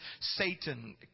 Satan